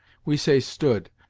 we say stood,